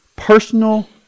personal